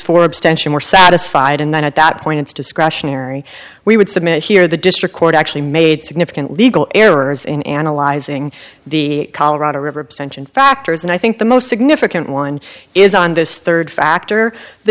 for abstention were satisfied and then at that point it's discretionary we would submit here the district court actually made significant legal errors in analyzing the colorado river abstention factors and i think most significant one is on this third factor the